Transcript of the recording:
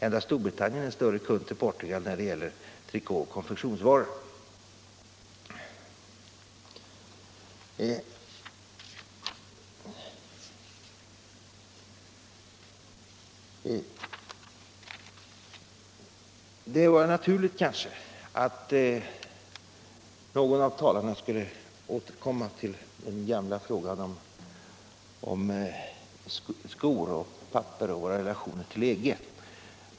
Endast Storbritannien är större kund hos Portugal när det gäller trikåoch konfektionsvaror. Det var kanske naturligt att någon av talarna skulle återkomma till den gamla frågan om skor och papper och våra relationer till EG.